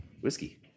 Whiskey